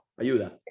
Ayuda